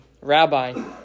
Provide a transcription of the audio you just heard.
Rabbi